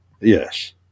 Yes